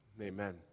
Amen